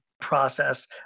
process